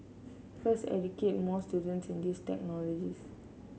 first educate more students in these technologies